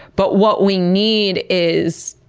but what we need is,